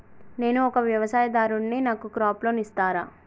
నేను ఒక వ్యవసాయదారుడిని నాకు క్రాప్ లోన్ ఇస్తారా?